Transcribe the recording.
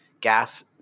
gas